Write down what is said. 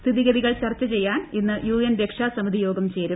സ്ഥിതിഗതികൾ ചർച്ച ചെയ്യാൻ ഇന്ന് യുഎൻ രക്ഷാ സമിതി യോഗം ചേരും